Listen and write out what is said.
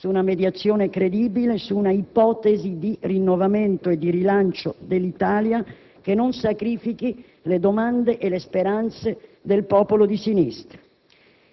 su una mediazione credibile, su un'ipotesi di rinnovamento e di rilancio dell'Italia che non sacrifichi le domande e le speranze del popolo di sinistra.